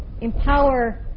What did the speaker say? empower